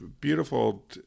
beautiful